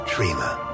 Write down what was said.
Dreamer